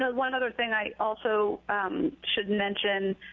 ah one other thing i also um should mention